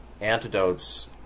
antidotes